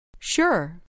Sure